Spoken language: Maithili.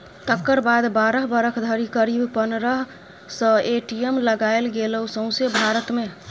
तकर बाद बारह बरख धरि करीब पनरह सय ए.टी.एम लगाएल गेलै सौंसे भारत मे